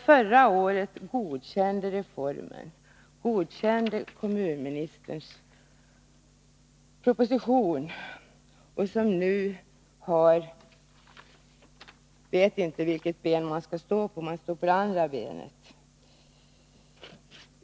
Förra året godkände de reformen, men nu vet de inte vilket ben de : skall stå på och står på det andra benet.